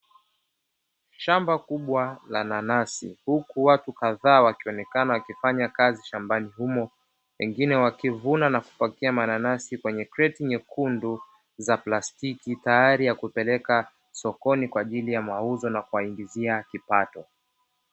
Shamba kubwa la nanasi huku watu kadhaa wakionekana wakifanya kazi shambani humo, wengine wakivuna na kupakia mananasi kwenye kreti nyekundu za plastiki, tayari ya kupeleka sokoni kwa ajili ya mauzo na kuwaingizia kipato.